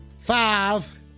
Five